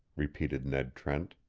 repeated ned trent.